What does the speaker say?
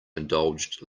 indulged